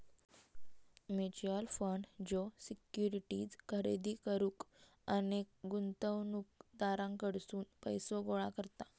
mutual fund ज्यो securities खरेदी करुक अनेक गुंतवणूकदारांकडसून पैसो गोळा करता